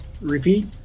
repeat